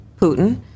Putin